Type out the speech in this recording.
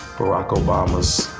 barack obamas,